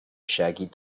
shaggy